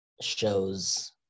shows